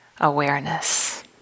awareness